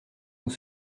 nous